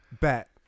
Bet